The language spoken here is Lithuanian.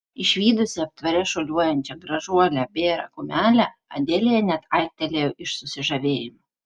išvydusi aptvare šuoliuojančią gražuolę bėrą kumelę adelija net aiktelėjo iš susižavėjimo